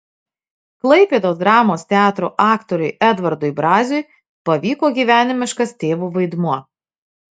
klaipėdos dramos teatro aktoriui edvardui braziui pavyko gyvenimiškas tėvo vaidmuo